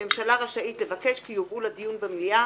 הממשלה רשאית לבקש כי יובאו לדיון במליאה